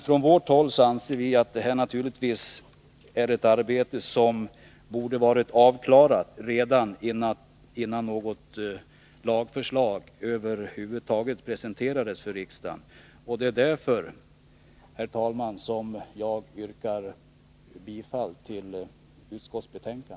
Från vårt håll anser vi att det arbetet borde ha varit avklarat, innan något lagförslag över huvud taget presenterades för riksdagen. Därför, herr talman, yrkar jag bifall till utskottets hemställan.